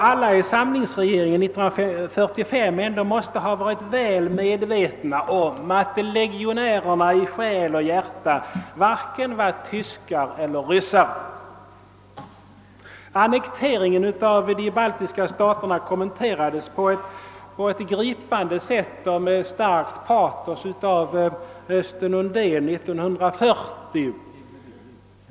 Alla i samlingsregeringen 1945 måste ändå ha varit väl medvetna om att legionärerna i själ och hjärta varken var tyskar eller ryssar. Annekteringen av de baltiska staterna kommenterades på ett gripande sätt och med starkt patos av Östen Undén 1940.